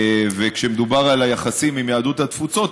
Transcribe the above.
וכשמדובר על היחסים עם יהדות התפוצות,